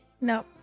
No